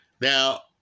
Now